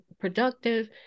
productive